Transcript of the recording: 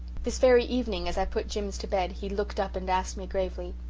this very evening as i put jims to bed he looked up and asked me gravely,